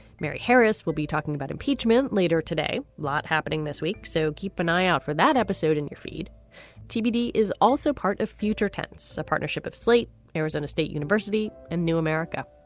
mary harris will be talking about impeachment later today. lot happening this week so keep an eye out for that episode in your feed tbd is also part of future tense a partnership of slate arizona state university and new america.